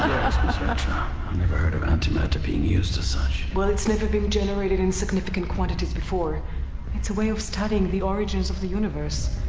ah never heard of antimatter being used as such well it's never been generated in significant quantities before it's a way of studying the origins of the universe